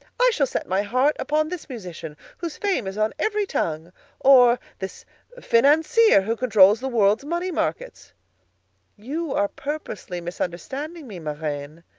i shall set my heart upon this musician, whose fame is on every tongue or, this financier, who controls the world's money markets you are purposely misunderstanding me, ma reine.